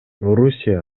орусия